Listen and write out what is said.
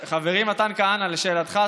לשאלתך,